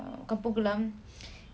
err kampung glam